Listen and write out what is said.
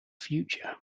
future